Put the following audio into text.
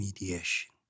mediation